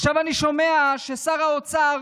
עכשיו אני שומע ששר האוצר